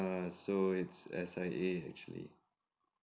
err so it's S_I_A actually